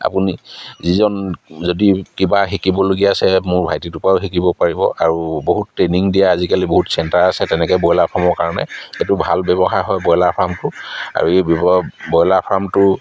আপুনি যিজন যদি কিবা শিকিবলগীয়া আছে মোৰ ভাইটিটোৰপৰাও শিকিব পাৰিব আৰু বহুত ট্ৰেইনিং দিয়া আজিকালি বহুত চেণ্টাৰ আছে তেনেকৈ ব্ৰইলাৰ ফাৰ্মৰ কাৰণে সেইটো ভাল ব্যৱসায় হয় ব্ৰইলাৰ ফাৰ্মটো আৰু এই ব্ৰইলাৰ ফাৰ্মটো